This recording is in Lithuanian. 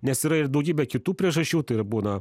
nes yra ir daugybė kitų priežasčių tai ir būna